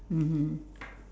mmhmm